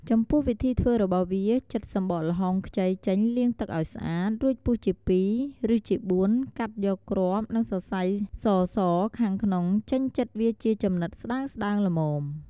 ចំពោះវិធីធ្វើរបស់វា ចិតសម្បកល្ហុងខ្ចីចេញលាងទឹកឲ្យស្អាត រួចពុះជាពីរ ឬជាបួន កាត់យកគ្រាប់ និងសរសៃសៗខាងក្នុងចេញចិតវាជាចំណិតស្ដើងៗល្មម។